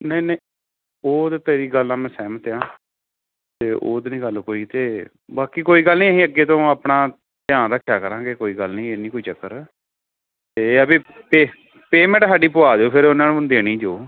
ਨਹੀਂ ਨਹੀਂ ਉਹ ਤਾਂ ਤੇਰੀ ਗੱਲ ਨਾਲ ਮੈਂ ਸਹਿਮਤ ਹਾਂ ਅਤੇ ਉਹ ਤੇਰੀ ਗੱਲ ਕੋਈ ਅਤੇ ਬਾਕੀ ਕੋਈ ਗੱਲ ਨਹੀਂ ਅਸੀਂ ਅੱਗੇ ਤੋਂ ਆਪਣਾ ਧਿਆਨ ਰੱਖਿਆ ਕਰਾਂਗੇ ਕੋਈ ਗੱਲ ਨਹੀਂ ਇਹ ਨਹੀਂ ਕੋਈ ਚੱਕਰ ਤੇ ਇਹ ਵੀ ਪੇ ਪੇਮੈਂਟ ਸਾਡੀ ਪੁਆ ਦਿਓ ਫਿਰ ਉਹਨਾਂ ਨੂੰ ਦੇਣੀ ਜੋ